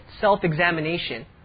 self-examination